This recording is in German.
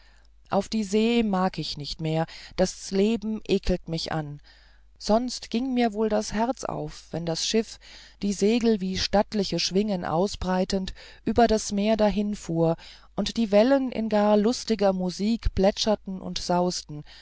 auf die see mag ich nicht mehr das leben ekelt mich an sonst ging mir wohl das herz auf wenn das schiff die segel wie stattliche schwingen ausbreitend über das meer dahinfuhr und die wellen in gar lustiger musik plätscherten und sausten